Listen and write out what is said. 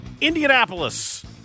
Indianapolis